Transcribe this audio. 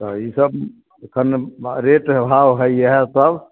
तऽ ई सब एखन रेट हय इहए सब